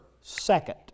second